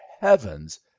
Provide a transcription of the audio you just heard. heavens